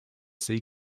sea